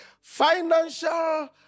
Financial